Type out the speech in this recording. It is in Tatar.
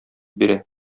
бирә